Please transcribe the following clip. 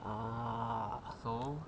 uh